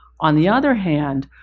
on the other hand,